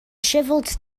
shriveled